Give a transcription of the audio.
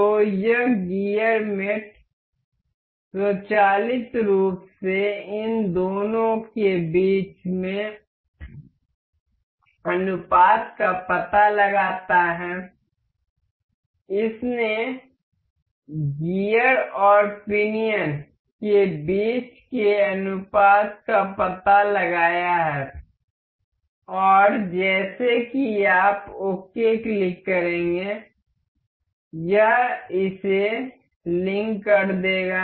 तो यह gear mate स्वचालित रूप से इन दोनों के बीच के अनुपात का पता लगाता है इसने गियर और पिनियन के बीच के अनुपात का पता लगाया है और जैसे ही आप ओके क्लिक करेंगे यह इसे लिंक कर देगा